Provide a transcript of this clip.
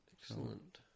Excellent